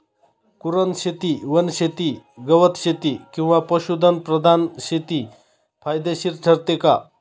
कुरणशेती, वनशेती, गवतशेती किंवा पशुधन प्रधान शेती फायदेशीर ठरते का?